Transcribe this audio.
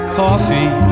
coffee